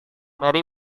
mary